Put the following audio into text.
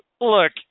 Look